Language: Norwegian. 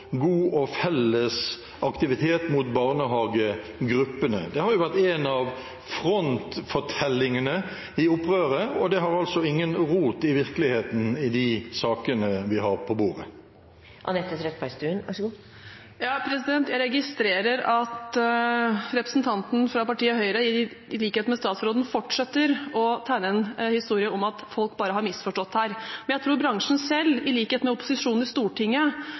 god og felles aktivitet mot barnehagegruppene. Det har jo vært en av frontfortellingene i opprøret, og det har altså ingen rot i virkeligheten i de sakene vi har på bordet. Jeg registrerer at representanten fra partiet Høyre, i likhet med statsråden, fortsetter å tegne en historie om at folk bare har misforstått her. Men jeg tror bransjen selv, i likhet med opposisjonen i Stortinget,